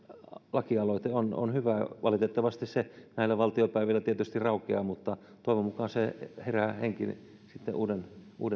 lakialoite on on hyvä valitettavasti se näillä valtiopäivillä tietysti raukeaa mutta toivon mukaan se herää henkiin sitten uuden